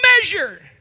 measure